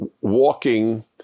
walking